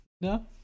No